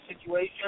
situation